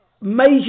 major